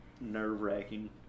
nerve-wracking